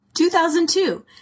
2002